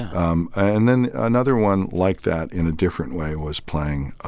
um and then another one like that in a different way was playing